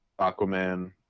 aquaman